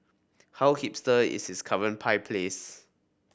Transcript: how hipster is his current pie place